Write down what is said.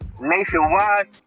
Nationwide